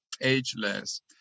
Ageless